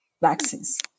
vaccines